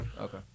okay